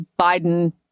Biden